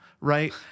right